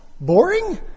Boring